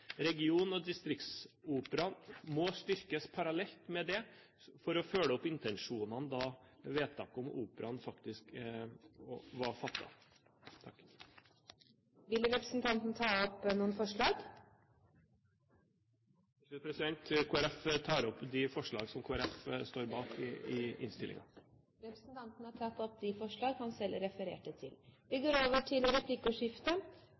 Region- og distriktsoperaen må styrkes parallelt med det, for å følge opp intensjonene fra da vedtaket om operaen faktisk ble fattet. Til slutt vil jeg ta opp de forslag Kristelig Folkeparti står bak i innstillingen. Representanten Øyvind Håbrekke har tatt opp de forslag han refererte til. Det blir replikkordskifte.